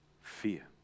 fear